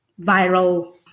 viral